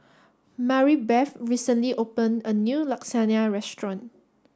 Maribeth recently open a new Lasagna restaurant